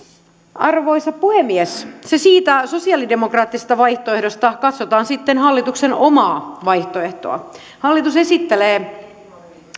arvoisa puhemies se siitä sosialidemokraattisesta vaihtoehdosta katsotaan sitten hallituksen omaa vaihtoehtoa hallitus esittelee